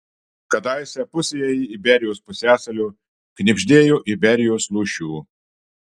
kadaise pusėje iberijos pusiasalio knibždėjo iberijos lūšių